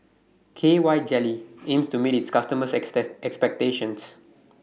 K Y Jelly aims to meet its customers' expectations